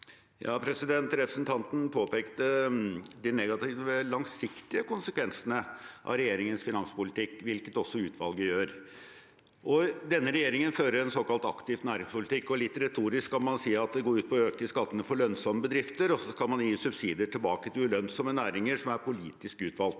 Representan- ten påpekte de negative langsiktige konsekvensene av regjeringens finanspolitikk, hvilket også utvalget gjør. Denne regjeringen fører en såkalt aktiv næringspolitikk. Litt retorisk kan man si at det går ut på å øke skattene for lønnsomme bedrifter, og så kan man gi subsidier tilbake til ulønnsomme næringer som er politisk utvalgte.